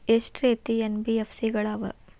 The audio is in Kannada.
ಎಷ್ಟ ರೇತಿ ಎನ್.ಬಿ.ಎಫ್.ಸಿ ಗಳ ಅವ?